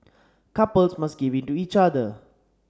couples must give in to each other